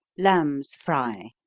lamb's fry.